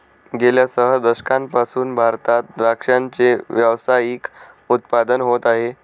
गेल्या सह दशकांपासून भारतात द्राक्षाचे व्यावसायिक उत्पादन होत आहे